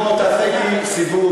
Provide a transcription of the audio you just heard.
בוא תעשה אתי סיבוב,